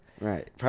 Right